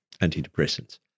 antidepressants